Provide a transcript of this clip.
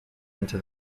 into